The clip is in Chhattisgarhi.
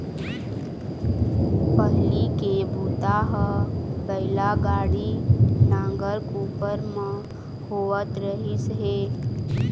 पहिली के बूता ह बइला गाड़ी, नांगर, कोपर म होवत रहिस हे